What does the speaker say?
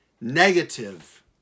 negative